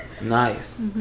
Nice